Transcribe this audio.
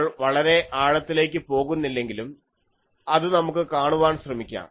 നമ്മൾ വളരെ ആഴത്തിലേക്ക് പോകുന്നില്ലെങ്കിലും അത് നമുക്ക് കാണുവാൻ ശ്രമിക്കാം